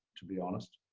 to be honest.